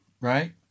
right